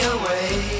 away